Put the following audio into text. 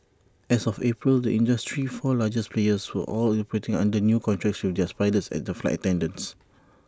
as of April the industry's four largest players were all operating under new contracts with their pilots and flight attendants